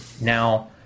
Now